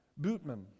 Bootman